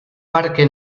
parque